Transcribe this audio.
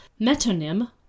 metonym